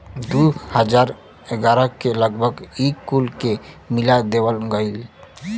दू हज़ार ग्यारह के लगभग ई कुल के मिला देवल गएल